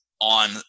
on